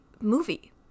movie